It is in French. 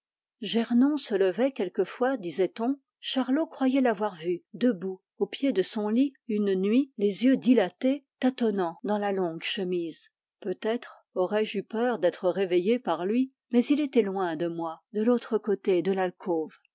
gernon se levait quelquefois disait on charlot croyait l'avoir vu debout au pied de son lit une nuit les yeux dilatés tâtonnant dans la longue chemise peut-être au rais je eu peur d'être réveillé par lui mais il était loin de moi de l'autre côté de l'alcôve